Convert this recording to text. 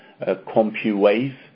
CompuWave